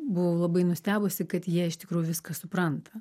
buvau labai nustebusi kad jie iš tikrųjų viską supranta